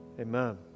amen